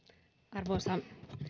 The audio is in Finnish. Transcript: arvoisa